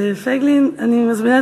חיליק, שאלת, אז אני עונה לך.